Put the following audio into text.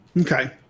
Okay